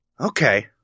Okay